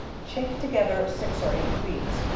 shake together six or eight weeks,